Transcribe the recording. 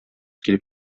килеп